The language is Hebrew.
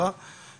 מסקרן אותי.